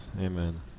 Amen